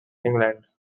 england